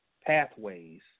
pathways